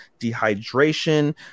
dehydration